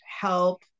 help